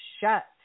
shut